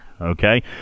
okay